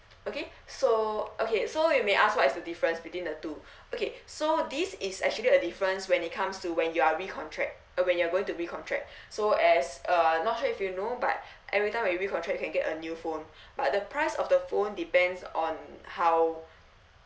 okay so okay so you may ask what is the difference between the two okay so this is actually a difference when it comes to when you are recontract when you're going to recontract so as uh not sure if you know but every time when you recontract you can get a new phone but the price of the phone depends on how